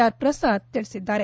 R Prasad ತಿಳಿಸಿದ್ದಾರೆ